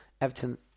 Everton